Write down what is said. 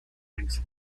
links